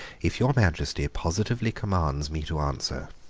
if your majesty positively commands me to answer,